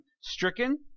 stricken